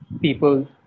people